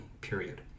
period